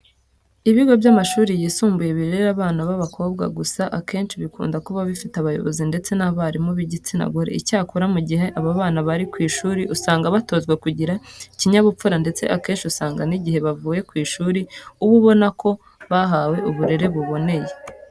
Ibigo by'amashuri yisumbuye birera abana b'abakobwa gusa akenshi bikunda kuba bifite abayobozi ndetse n'abarimu b'igitsina gore. Icyakora mu gihe aba bana bari ku ishuri usanga batozwe kugira ikinyabupfura ndetse akenshi usanga n'igihe bavuye ku ishuri uba ubona ko bahawe uburere buboneye.